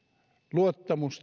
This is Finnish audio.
luottamus